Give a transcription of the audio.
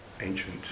ancient